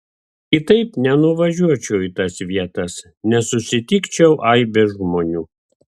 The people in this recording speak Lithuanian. kitaip nenuvažiuočiau į tas vietas nesusitikčiau aibės žmonių